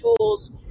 tools